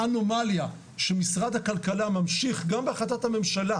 האנומליה שמשרד הכלכלה ממשיך גם בהחלטת הממשלה,